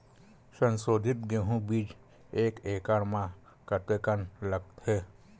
संसोधित गेहूं बीज एक एकड़ म कतेकन लगथे?